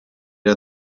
der